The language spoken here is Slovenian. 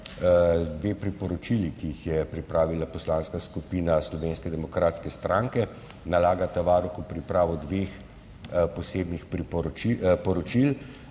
Dve priporočili, ki ju je pripravila Poslanska skupina Slovenske demokratske stranke, nalagata Varuhu pripravo dveh posebnih poročil.